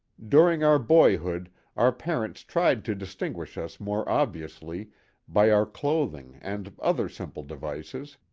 during our boyhood our parents tried to distinguish us more obviously by our clothing and other simple devices,